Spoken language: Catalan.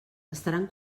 estaran